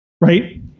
Right